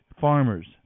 farmers